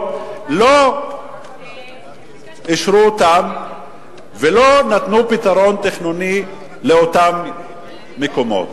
לא אישרו ולא נתנו פתרון תכנוני לאותם מקומות.